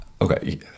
okay